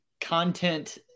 content